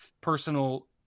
personal